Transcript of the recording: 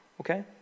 Okay